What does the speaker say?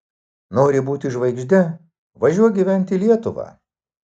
nori būti žvaigžde važiuok gyventi į lietuvą